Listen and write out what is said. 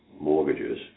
mortgages